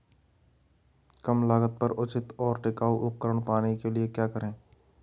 कम लागत पर उचित और टिकाऊ उपकरण पाने के लिए क्या करें?